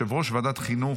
יושב-ראש ועדת החינוך,